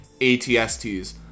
ATSTs